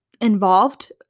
involved